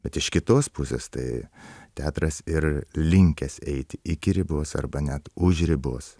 bet iš kitos pusės tai teatras ir linkęs eiti iki ribos arba net už ribos